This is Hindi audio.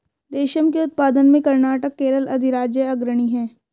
रेशम के उत्पादन में कर्नाटक केरल अधिराज्य अग्रणी है